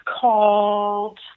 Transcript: called